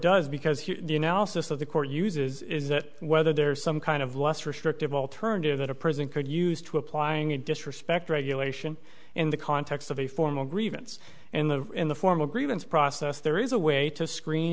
does because the analysis of the court uses is that whether there's some kind of less restrictive alternative that a person could use to applying a disrespect regulation in the context of a formal grievance in the in the formal grievance process there is a way to screen